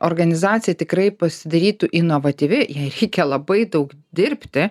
organizacija tikrai pasidarytų inovatyvi jai reikia labai daug dirbti